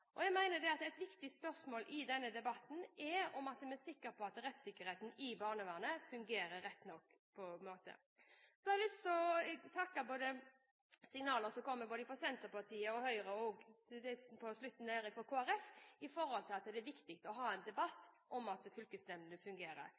bedre? Jeg mener at et viktig spørsmål i denne debatten er om vi er sikre på at rettssikkerheten i barnevernet fungerer på rett måte. Så har jeg lyst til å takke for signaler som kommer både fra Senterpartiet og fra Høyre, og på slutten fra Kristelig Folkeparti, om at det er viktig å ha en debatt